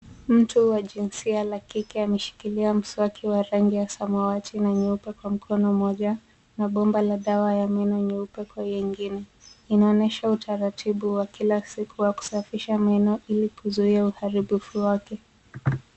Mtu wa jinsia la kike ameshikilia mswaki wa rangi ya samawati na nyeupe kwa mkono mmoja na bomba la dawa ya meno nyeupe kwa hiyo ingine. Inaonyesha utaratibu wa kila siku wa kusafisha meno, ili kuzuia uharibifu wake.